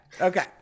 Okay